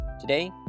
Today